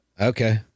okay